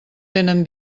tenen